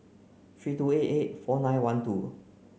three two eight eight four nine one two